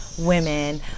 women